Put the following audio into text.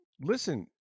listen